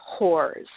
whores